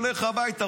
הולך הביתה,